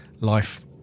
life